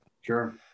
Sure